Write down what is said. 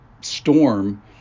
storm